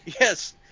Yes